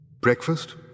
Breakfast